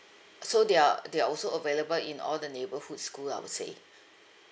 so they're they're also available in all the neighbourhood school I would say